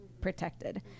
protected